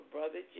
Brother